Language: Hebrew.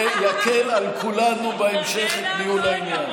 זה יקל על כולנו בהמשך את ניהול העניין.